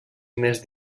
més